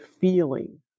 feeling